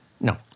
No